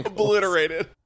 Obliterated